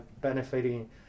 benefiting